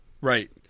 right